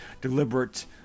deliberate